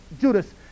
Judas